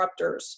disruptors